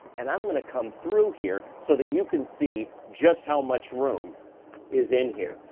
and i'm gonna come through here so that you can see just how much room is in here.